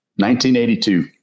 1982